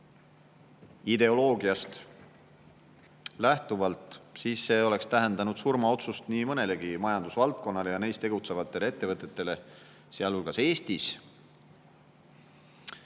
ideoloogiast lähtuvalt rangemaks muudetud, siis see oleks tähendanud surmaotsust nii mõnelegi majandusvaldkonnale ja neis tegutsevatele ettevõtetele, sealhulgas Eestis. Nii